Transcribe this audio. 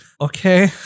okay